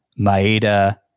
Maeda